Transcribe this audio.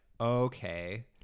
okay